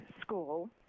school